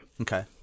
Okay